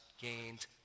gained